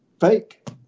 fake